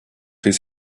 his